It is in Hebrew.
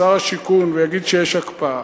שר השיכון ויגיד שיש הקפאה,